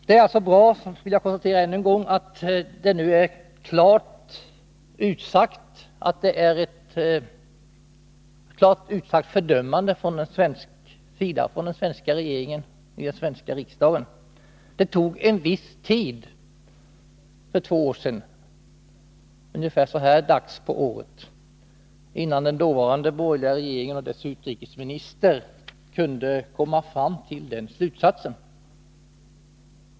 Det är alltså bra, det vill jag konstatera än en gång, att det nu uttalas ett klart fördömande från den svenska regeringen via den svenska riksdagen. Det tog en viss tid — ungefär så här dags på året för två år sedan — innan den dåvarande borgerliga regeringen och dess utrikesminister kunde komma fram till den slutsatsen.